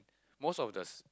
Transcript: most of the